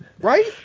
Right